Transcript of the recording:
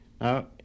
Now